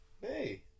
Hey